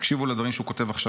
תקשיבו לדברים שהוא כותב עכשיו: